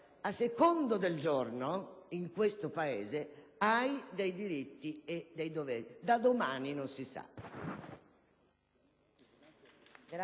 A seconda del giorno in questo Paese hai dei diritti e dei doveri. Da domani non si sa.